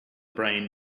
brain